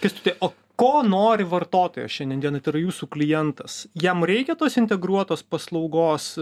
kęstuti o ko nori vartotojas šiandien dienai tai yra jūsų klientas jam reikia tos integruotos paslaugos